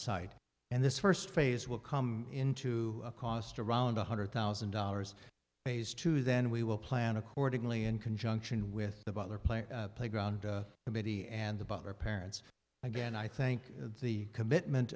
site and this first phase will come into a cost around one hundred thousand dollars pays to then we will plan accordingly in conjunction with the butler play playground committee and about our parents again i think the commitment